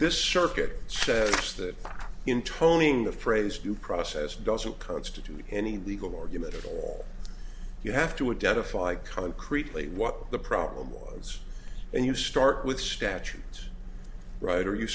this circuit says that in towing the phrase due process doesn't constitute any legal argument at all you have to a debt a fight concretely what the problem was and you start with statutes right or you